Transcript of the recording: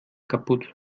kaputt